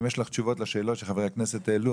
אם יש לך תשובות לשאלות שחברי הכנסת העלו,